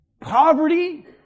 poverty